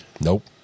Nope